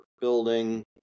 building